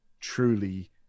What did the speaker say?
truly